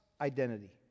identity